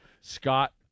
Scott